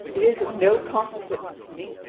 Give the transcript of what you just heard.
it is of no consequence to me.